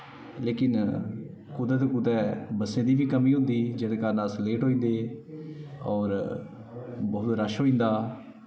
लेकिन कुदै ते कुदै बस्सें दी बी कमी होंदी ही जेह्दे कारण अस लेट होई जंदे हे होर बहोत रश होई जंदा हा